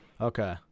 Okay